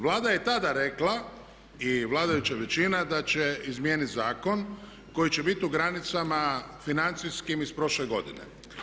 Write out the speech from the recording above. Vlada je i tada rekla i vladajuća većina da će izmijeniti zakon koji će biti u granicama financijskim iz prošle godine.